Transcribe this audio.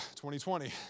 2020